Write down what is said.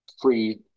Free